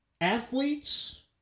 Athletes